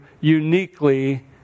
uniquely